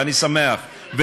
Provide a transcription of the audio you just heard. ואני שמח,